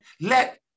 Let